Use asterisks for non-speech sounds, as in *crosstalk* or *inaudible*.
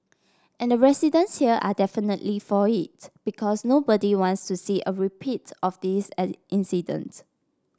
and residents here are definitely for it because nobody wants to see a repeat of this *unintelligible* incident